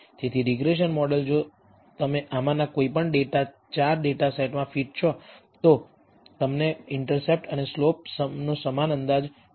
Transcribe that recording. તેથી regression model જો તમે આમાંના કોઈપણ ડેટા 4 ડેટા સેટમાં ફિટ છો તો તમને ઇન્ટરસેપ્ટ અને સ્લોપનો સમાન અંદાજ મળશે